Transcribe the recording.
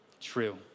True